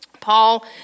Paul